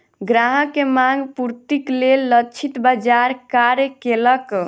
ग्राहक के मांग पूर्तिक लेल लक्षित बाजार कार्य केलक